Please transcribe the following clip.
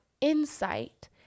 insight